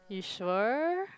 you sure